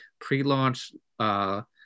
pre-launch